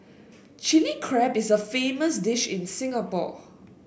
Chilli Crab is a famous dish in Singapore